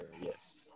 yes